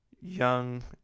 young